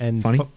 Funny